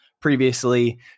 previously